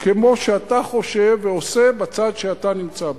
כמו שאתה חושב ועושה בצד שאתה נמצא בו,